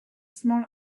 small